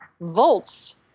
Volts